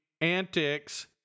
antics